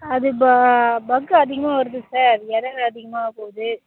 அது ப பக்கு அதிகமாக வருது சார் எரர் அதிகமாக போகுது